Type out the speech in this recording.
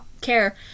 care